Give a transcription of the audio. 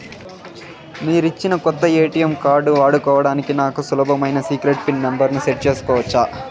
మీరిచ్చిన కొత్త ATM card వాడుకోవడానికి నాకు సులభమైన సీక్రెట్ పిన్ నెంబర్ ను సెట్ సేసుకోవచ్చా?